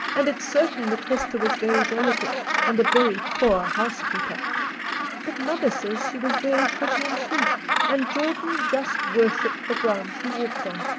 and it's certain that hester was very delicate and a very poor housekeeper but mother says she was very pretty and sweet and jordan just worshipped the ground she walked on.